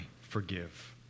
forgive